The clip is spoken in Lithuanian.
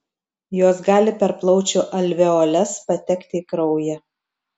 jos gali per plaučių alveoles patekti į kraują